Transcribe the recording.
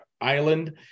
island